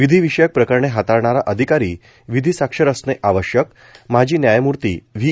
विधिविषयक प्रकरणे हाताळणारा अधिकारी विधिसाक्षर असणे आवश्यक माजी न्यायमूर्ती व्ही